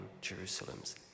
Jerusalem's